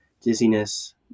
dizziness